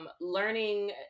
learning